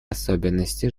особенности